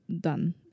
done